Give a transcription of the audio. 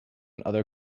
other